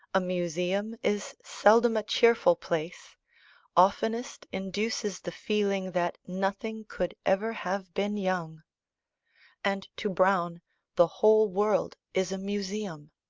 a museum is seldom a cheerful place oftenest induces the feeling that nothing could ever have been young and to browne the whole world is a museum